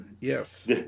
Yes